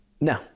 no